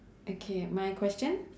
okay my question